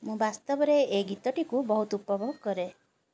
ମୁଁ ବାସ୍ତବରେ ଏ ଗୀତଟିକୁ ବହୁତ ଉପଭୋଗ କରେ